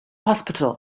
hospital